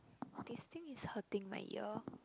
this thing is hurting my ear